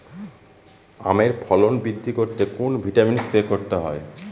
আমের ফলন বৃদ্ধি করতে কোন ভিটামিন স্প্রে করতে হয়?